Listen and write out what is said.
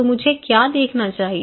तो मुझे क्या देखना चाहिए